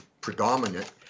predominant